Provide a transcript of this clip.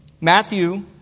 Matthew